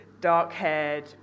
dark-haired